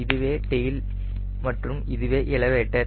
இதுவே டெயில் மற்றும் இதுவே எலவேட்டர்